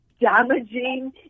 damaging